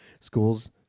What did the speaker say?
schools